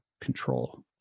control